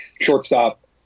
Shortstop